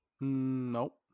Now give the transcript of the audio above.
Nope